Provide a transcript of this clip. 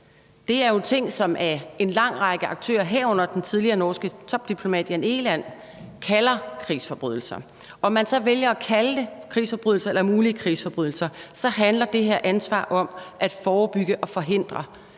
– er jo om ting, som en lang række aktører, herunder den tidligere norske topdiplomat Jan Egeland, kalder krigsforbrydelser. Om man så vælger at kalde det krigsforbrydelser eller mulige krigsforbrydelser, handler det her ansvar om at forebygge og forhindre, at folkemord